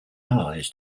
allies